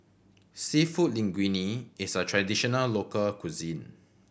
Seafood Linguine is a traditional local cuisine